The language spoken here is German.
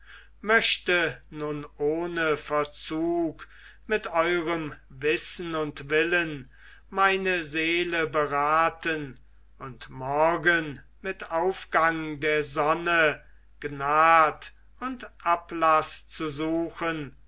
möchte nun ohne verzug mit eurem wissen und willen meine seele beraten und morgen mit aufgang der sonne gnad und ablaß zu suchen